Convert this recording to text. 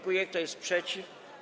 Kto jest przeciw?